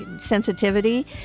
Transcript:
sensitivity